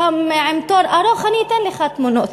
גם עם תור ארוך, אני אתן לך תמונות.